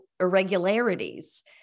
irregularities